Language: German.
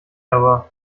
aber